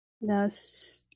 thus